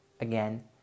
again